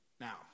Now